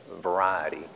variety